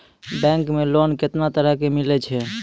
Bank मे loan कैतना तरह के मिलै छै?